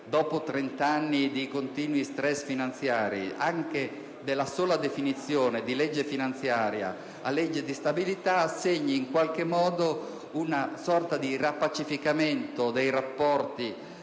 dopo trent'anni di continui stress finanziari, anche della sola definizione di legge finanziaria in legge di stabilità, segni in qualche modo una sorta di rappacificazione dei rapporti